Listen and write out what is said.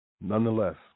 Nonetheless